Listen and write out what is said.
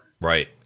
Right